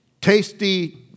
tasty